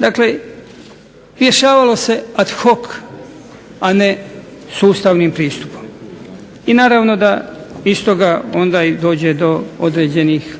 Dakle, rješavalo se ad hoc a ne sustavnim pristupom. I naravno da iz toga onda i dođe do određenih